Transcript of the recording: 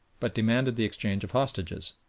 but demanded the exchange of hostages.